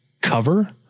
cover